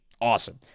awesome